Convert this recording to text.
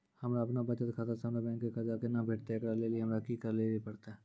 हमरा आपनौ बचत खाता से हमरौ बैंक के कर्जा केना कटतै ऐकरा लेली हमरा कि करै लेली परतै?